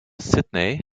sydney